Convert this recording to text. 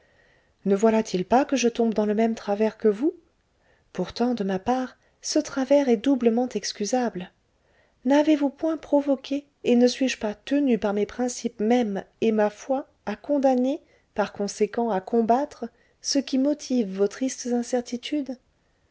ne voilà-t-il pas que je tombe dans le même travers que vous pourtant de ma part ce travers est doublement excusable n'avez-vous point provoqué et ne suis-je pas tenue par mes principes mêmes et ma foi à condamner par conséquent à combattre ce qui motive vos tristes incertitudes